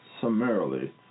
Summarily